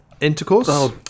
Intercourse